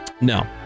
No